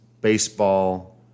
baseball